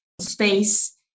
space